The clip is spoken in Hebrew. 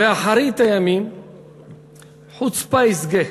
אומרת: באחרית הימים חוצפה יסגא,